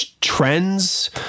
trends